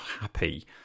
happy